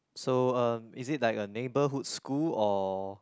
so um is it like a neighbourhood school or